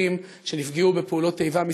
נרצחים שנפגעו בפעולות איבה,